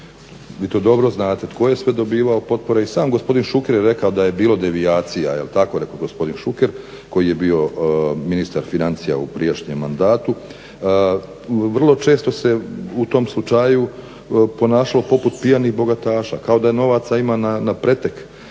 Vi to dobro znate tko je sve dobivao potpore i sam gospodin Šuker je rekao da je bilo devijacija jel tako rekao gospodin Šuker koji je bio ministar financija u prijašnjem mandatu. Vrlo često se u tom slučaju ponašalo poput pijanih bogataša kao da novaca ima na pretek,